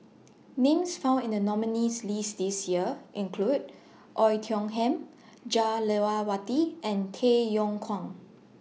Names found in The nominees' list This Year include Oei Tiong Ham Jah Lelawati and Tay Yong Kwang